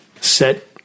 set